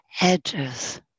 edges